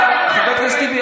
חבר הכנסת טיבי,